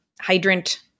hydrant